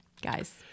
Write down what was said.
guys